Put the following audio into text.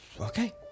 Okay